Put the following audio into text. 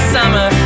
summer